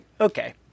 okay